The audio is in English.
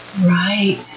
right